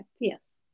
Yes